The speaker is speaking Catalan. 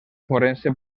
forense